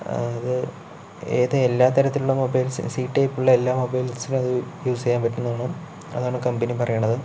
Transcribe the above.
അത് ഏത് എല്ലാ തരത്തിലുള്ള മൊബൈൽസിനും സി ടൈപ്പുള്ള എല്ലാ മൊബൈൽസിനും അത് യൂസെയ്യാൻ പറ്റുംന്നാണ് അതാണ് കമ്പനി പറയണത്